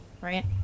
Right